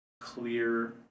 clear